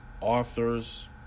authors